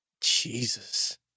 Jesus